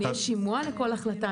יש שימוע לכל החלטה.